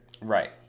Right